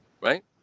Right